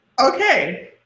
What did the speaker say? Okay